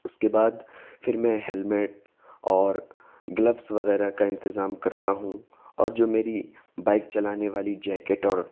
اس کے بعد پھر میں ہیلمٹ اور گلوس وغیرہ کا انتظام کرتا ہوں اور جو میری بائک چلانے والی جیکٹ اور